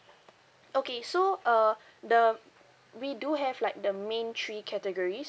okay so uh the we do have like the main three categories